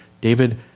David